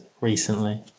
recently